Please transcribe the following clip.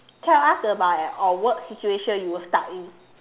tell us about a a work situation you were stuck in